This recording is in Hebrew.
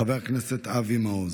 חבר הכנסת אבי מעוז.